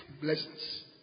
blessings